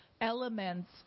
elements